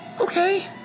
Okay